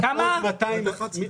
מיליון,